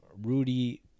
Rudy